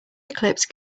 eclipse